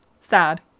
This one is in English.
sad